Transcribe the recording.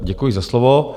Děkuji za slovo.